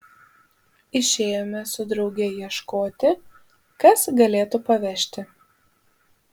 išėjome su drauge ieškoti kas galėtų pavežti